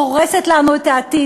הורסת לנו את העתיד,